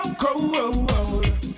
cold